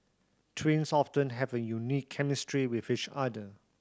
twins often have a unique chemistry with each other